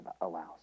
allows